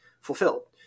fulfilled